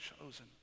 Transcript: chosen